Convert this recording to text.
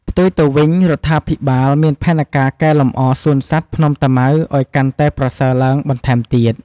ផ្ទុយទៅវិញ រដ្ឋាភិបាលមានផែនការកែលម្អសួនសត្វភ្នំតាម៉ៅឱ្យកាន់តែប្រសើរឡើងបន្ថែមទៀត។